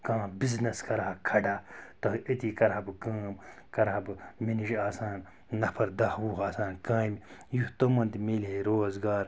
کانٛہہ بِزنیٚس کَرٕ ہا کھڑا تٔتی کَرٕ ہا بہٕ کٲم کَرٕ ہا بہٕ مےٚ نِش آسہِ ہان نَفَر دَہ وُہ آسہِ ہان کامہِ یُتھ تِمَن تہِ میلہِ ہے روزگار